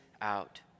out